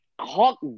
Hawk